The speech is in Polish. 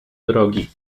drogi